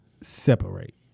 separate